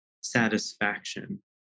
satisfaction